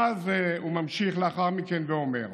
ואז הוא ממשיך לאחר מכן ואומר: